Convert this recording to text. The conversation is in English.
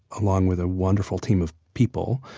along with a wonderful team of people,